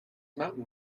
mountain